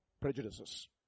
prejudices